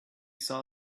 saw